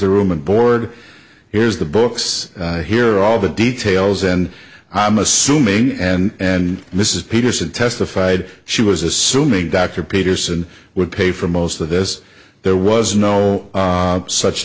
the room and board here's the books here all the details and i'm assuming and this is peterson testified she was assuming dr peterson would pay for most of this there was no such